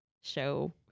show